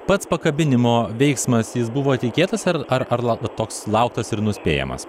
pats pakabinimo veiksmas jis buvo tikėtas ar ar ar la toks lauktas ir nuspėjamas